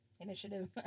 Initiative